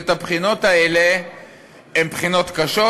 הבחינות האלה הן בחינות קשות.